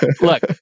Look